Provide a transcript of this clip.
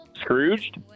Scrooged